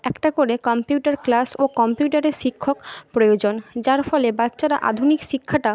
একটা করে computer class ও কম্পিউটারের শিক্ষক প্রয়োজন যার ফলে বাচ্চারা আধুনিক শিক্ষাটা